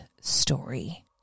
story